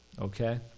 Okay